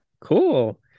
Cool